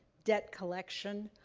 debt collection,